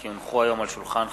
כי הונחו היום על שולחן הכנסת,